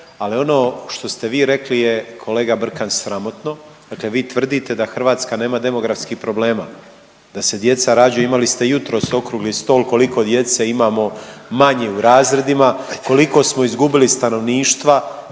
ali ono što ste vi rekli je, kolega Brkan, sramotno, dakle vi tvrdite da Hrvatska nema demografskih problema. Da se djeca rađaju, imali ste jutros okrugli stol koliko djece imamo manje u razredima, koliko smo izgubili stanovništva,